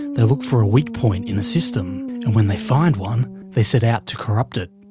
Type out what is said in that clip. they look for a weak point in a system, and when they find one they set out to corrupt it.